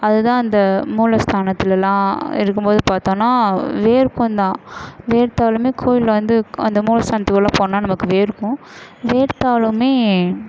அது தான் அந்த மூலஸ்தானத்துலெலாம் இருக்கும் போது பார்த்தோன்னா வேர்க்கும் தான் வேர்த்தாலுமே கோயிலில் வந்து அந்த மூலஸ்தானத்துக்குள்ளே போனால் நமக்கு வேர்க்கும் வேர்த்தாலுமே